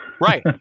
Right